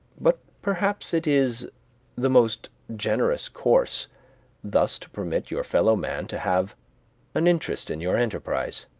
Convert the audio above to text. but perhaps it is the most generous course thus to permit your fellow-men to have an interest in your enterprise.